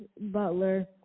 butler